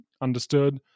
understood